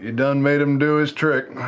done made him do his trick.